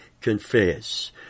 confess